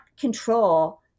control